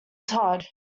todd